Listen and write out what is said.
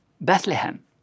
Bethlehem